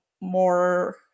more